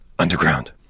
Underground